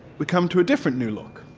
we come to a different new look